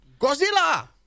Godzilla